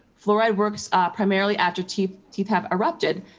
fluoride works primarily after teeth teeth have erupted,